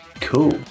Cool